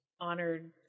honored